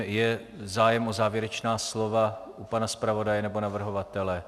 Je zájem o závěrečná slova u pana zpravodaje nebo navrhovatele?